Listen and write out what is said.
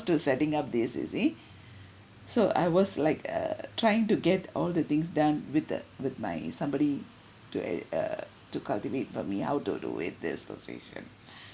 to setting up this you see so I was like err trying to get all the things done with the with my somebody to uh uh to cultivate for me how to do it this persuasion